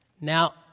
now